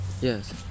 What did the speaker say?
yes